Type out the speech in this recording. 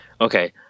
Okay